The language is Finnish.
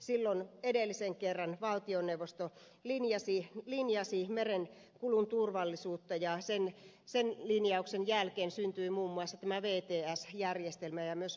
silloin valtioneuvosto linjasi edellisen kerran merenkulun turvallisuutta ja sen linjauksen jälkeen syntyi muun muassa tämä vts järjestelmä ja myös virve järjestelmä